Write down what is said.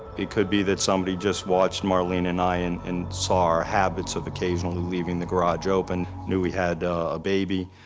it could be that somebody just watched marlene and i and and saw our habits of occasionally leaving the garage open. knew we had a baby.